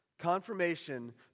Confirmation